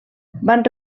van